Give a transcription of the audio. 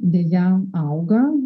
deja auga